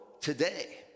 today